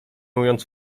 mówiąc